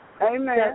Amen